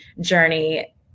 journey